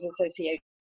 Association